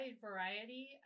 variety